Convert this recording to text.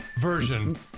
version